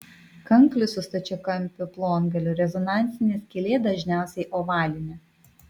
kanklių su stačiakampiu plongaliu rezonansinė skylė dažniausiai ovalinė